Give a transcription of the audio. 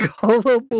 gullible